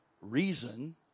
reason